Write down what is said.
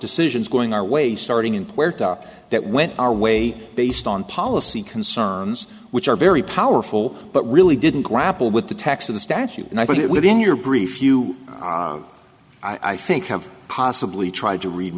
decisions going our way starting in puerto that went our way based on policy concerns which are very powerful but really didn't grapple with the text of the statute and i thought it within your brief you i think have possibly tried to read